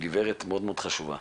גברת מאוד מאוד חשובה